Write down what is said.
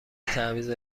تعویض